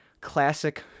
classic